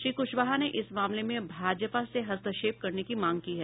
श्री कुशवाहा ने इस मामले में भाजपा से हस्तक्षेप करने की मांग की है